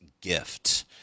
gift